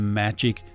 magic